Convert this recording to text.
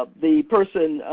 ah the person,